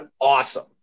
awesome